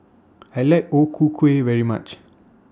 I like O Ku Kueh very much